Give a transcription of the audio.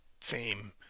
fame